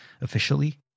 officially